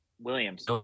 Williams